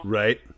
right